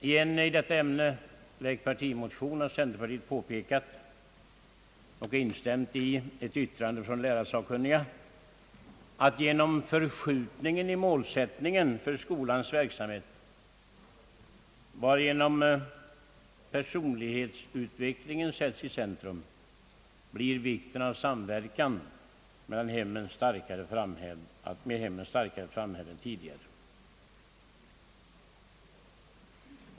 I en i detta ämne väckt partimotion har centerpartiet påpekat och instämt i ett yttrande från lärarsakkunniga, att Ang. reformerad lärarutbildning, m.m. genom förskjutningen i målsättningen för skolans verksamhet, varigenom personlighetsutvecklingen sätts i centrum, blir vikten av samverkan mellan hem och skola starkare framhävd än tidigare.